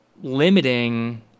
limiting